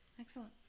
excellent